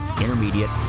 intermediate